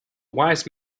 wise